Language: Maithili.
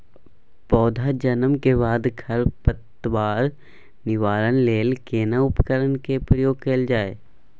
पौधा जन्म के बाद खर पतवार निवारण लेल केना उपकरण कय प्रयोग कैल जाय?